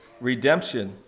redemption